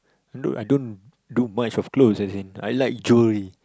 look I don't do much of clothes as in I like jewellery